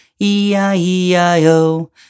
E-I-E-I-O